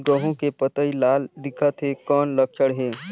गहूं के पतई लाल दिखत हे कौन लक्षण हे?